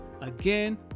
again